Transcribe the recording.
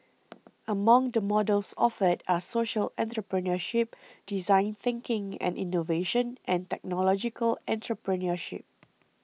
among the models offered are social entrepreneurship design thinking and innovation and technological entrepreneurship